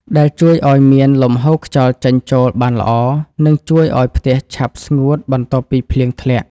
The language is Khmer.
ដែលជួយឱ្យមានលំហូរខ្យល់ចេញចូលបានល្អ និងជួយឱ្យផ្ទះឆាប់ស្ងួតបន្ទាប់ពីភ្លៀងធ្លាក់។